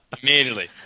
Immediately